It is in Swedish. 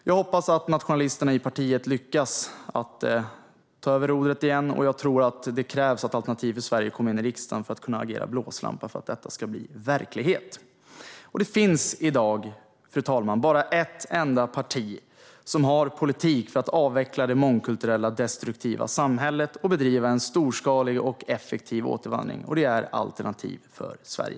Jag hoppas att nationalisterna i partiet lyckas ta över rodret igen. Jag tror att det krävs att Alternativ för Sverige kommer in i riksdagen och kan agera blåslampa för att detta ska bli verklighet. Fru talman! I dag finns bara ett parti som har en politik för att avveckla det mångkulturella, destruktiva samhället och bedriva en storskalig och effektiv återvandring, och det är Alternativ för Sverige.